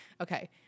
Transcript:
okay